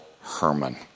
Herman